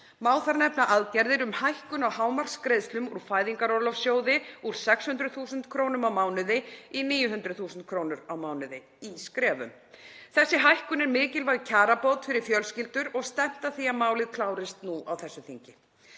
Má þar nefna aðgerðir um hækkun á hámarksgreiðslum úr Fæðingarorlofssjóði úr 600.000 kr. á mánuði í 900.000 kr. á mánuði í skrefum. Þessi hækkun er mikilvæg kjarabót fyrir fjölskyldur og stefnt að því að málið klárist nú á þessu þingi.